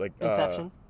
Inception